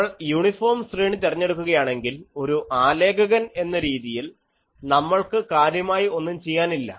നമ്മൾ യൂണിഫോം ശ്രേണി തിരഞ്ഞെടുക്കുകയാണെങ്കിൽ ഒരു ആലേഖകൻ എന്ന രീതിയിൽ നമ്മൾക്ക് കാര്യമായി ഒന്നും ചെയ്യാനില്ല